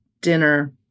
dinner